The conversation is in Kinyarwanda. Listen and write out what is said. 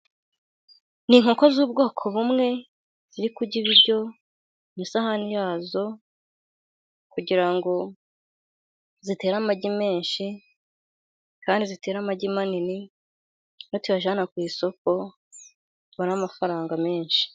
Ni inkoko z'ubwoko bumwe, ziri kurya ibiryo ku isahani yazo, kugira ngo zitere amagi menshi, kandi zitere amagi manini. Nituyajyana ku isoko tubare amafaranga menshi.